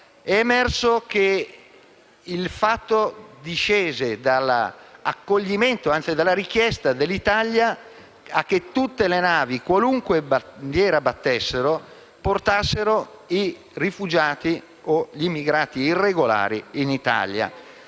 invece, che questo discendeva dalla richiesta dell'Italia che tutte le navi, qualunque bandiera battessero, portassero i rifugiati o gli immigrati irregolari in Italia.